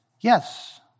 yes